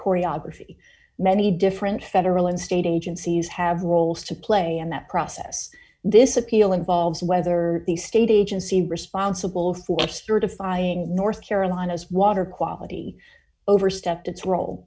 choreography many different federal and state agencies have roles to play and that process this appeal involves whether the state agency responsible for defying north carolina's water quality overstepped its role